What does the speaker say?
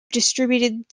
distributed